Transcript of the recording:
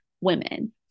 women